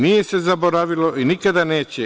Nije se zaboravilo i nikada neće.